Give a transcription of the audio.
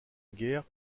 guerre